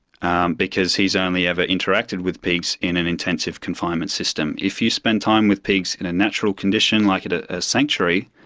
because he's only ever interacted with pigs in an intensive confinement system. if you spend time with pigs in a natural condition like ah a sanctuary,